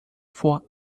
vor